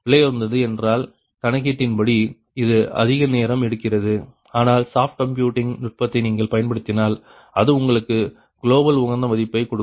விலையுயர்ந்தது என்றால் கணக்கீட்டின்படி இது அதிக நேரம் எடுக்கிறது ஆனால் சாஃப்ட் கம்ப்யூட்டிங் நுட்பத்தை நீங்கள் பயன்படுத்தினால் அது உங்களுக்கு குளோபல் உகந்த மதிப்பை கொடுக்கும்